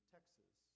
Texas